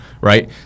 right